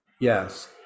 Yes